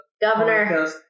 Governor